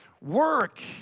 work